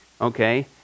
Okay